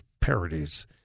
parodies